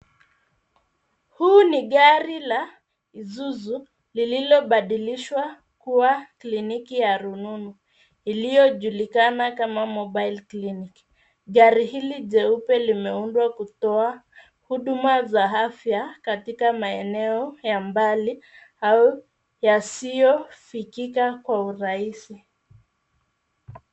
Hii ni gari la Isuzu lililobadishwa kuwa kliniki ya rununu iliyojulikana kama mobile klinik. Gari hili jeupe limeundwa kutoa huduma za afya katika maeneo ya mbali au yasiyofikika kwa urahisi.